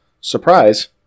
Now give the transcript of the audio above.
surprise